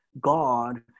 God